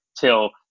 till